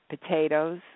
potatoes